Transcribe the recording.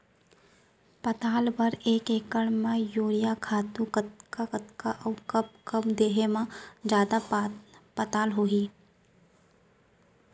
पताल बर एक एकड़ म यूरिया खातू कतका कतका अऊ कब कब देहे म जादा पताल होही?